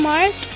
Mark